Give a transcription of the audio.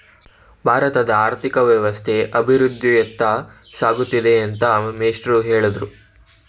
ಭಾರತದ ಆರ್ಥಿಕ ವ್ಯವಸ್ಥೆ ಅಭಿವೃದ್ಧಿಯತ್ತ ಸಾಗುತ್ತಿದೆ ಅಂತ ಮೇಷ್ಟ್ರು ಹೇಳಿದ್ರು